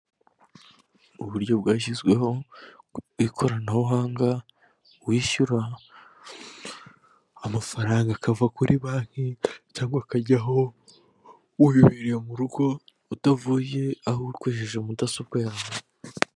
Uburyo bwashyizweho bw'ikoranabuhanga wishyura amafaranga akava kuri banki cyangwa akajyaho wibibereye mu rugo utavuye aho ukoresheje mudasobwa yawe.